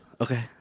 Okay